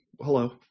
hello